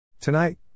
Tonight